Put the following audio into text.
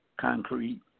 concrete